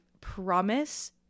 promise